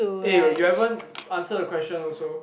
eh you haven't answer the question also